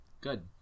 good